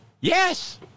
Yes